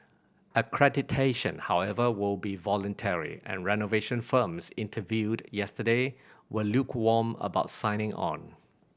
accreditation however will be voluntary and renovation firms interviewed yesterday were lukewarm about signing on